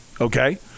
Okay